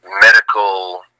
medical